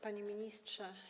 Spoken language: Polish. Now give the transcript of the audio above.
Panie Ministrze!